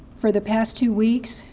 for the past two weeks,